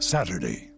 Saturday